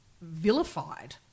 vilified